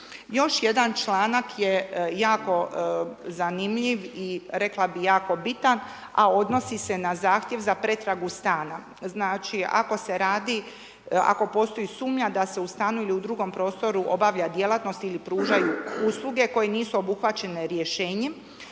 Još jedan članak je jako zanimljiv i rekla bi jako bitan, a odnosi se na zahtjev za pretragu stana. Znači ako se radi, ako postoji sumnja da se u stanu ili u drugom prostoru obavlja djelatnost ili pružaju usluge koje nisu obuhvaćene Rješenjem